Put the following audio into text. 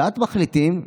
הצעת המחליטים: